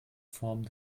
form